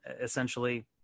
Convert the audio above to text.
essentially